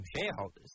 shareholders